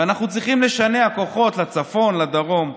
ואנחנו צריכים לשנע כוחות לצפון, לדרום.